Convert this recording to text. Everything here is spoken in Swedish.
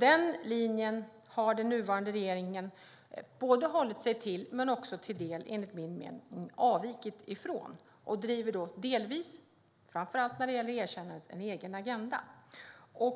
Den linjen har den nuvarande regeringen både hållit sig till och också, enligt min mening, till del avvikit ifrån, och man driver delvis, framför allt när det gäller erkännandet, en egen agenda. Nu